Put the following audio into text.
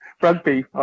Rugby